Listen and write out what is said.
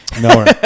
No